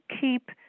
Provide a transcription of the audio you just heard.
keep